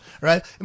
right